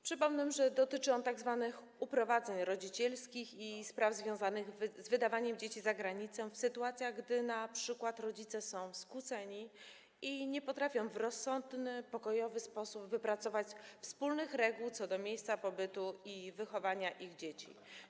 Przypomnę, że dotyczy on tzw. uprowadzeń rodzicielskich i spraw związanych z wydawaniem dzieci za granicę w sytuacjach, gdy np. rodzice są skłóceni i nie potrafią w rozsądny, pokojowy sposób wypracować wspólnych reguł co do miejsca pobytu i wychowania ich dzieci.